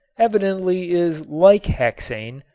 evidently is like hexane,